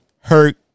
hurt